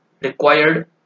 required